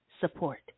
support